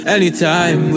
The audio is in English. Anytime